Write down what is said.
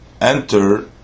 enter